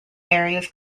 areas